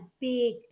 big